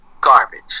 garbage